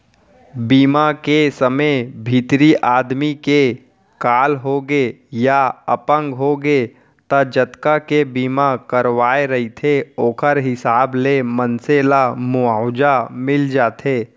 बीमा के समे भितरी आदमी के काल होगे या अपंग होगे त जतका के बीमा करवाए रहिथे ओखर हिसाब ले मनसे ल मुवाजा मिल जाथे